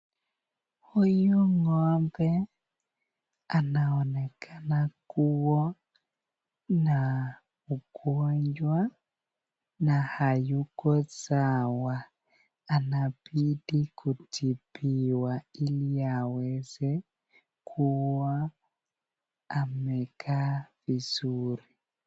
Huyu Ngo'mbe anaonekana kuwa na ugonjwa na hayuko sawa .Anabidi kutibiwa ili aweze kuwa amekaa vizuri.